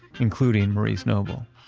including maurice noble.